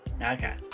Okay